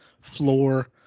floor